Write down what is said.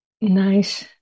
nice